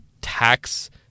tax